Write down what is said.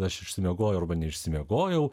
aš išsimiegojau arba neišsimiegojau